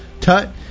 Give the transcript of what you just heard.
Tut